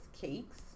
cakes